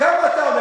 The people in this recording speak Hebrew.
כמה אתה אומר?